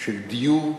של דיור,